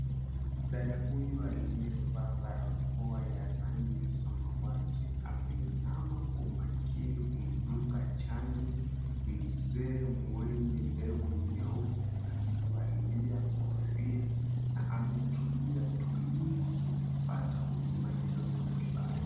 Dada huyu aliyevaa barakoa ya rangi ya samawati, ameinama kwa umakini kumdunga chanjo mzee mwenye ndevu nyeupe, amevalia kofia na ametulia tulii kupata huduma hizo za matibabu.